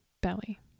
belly